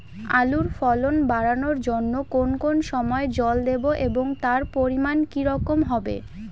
আলুর ফলন বাড়ানোর জন্য কোন কোন সময় জল দেব এবং তার পরিমান কি রকম হবে?